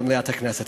במליאת הכנסת.